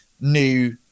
new